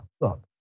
look